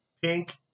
Pink